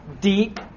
deep